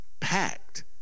packed